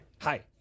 Hi